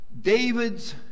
David's